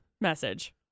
message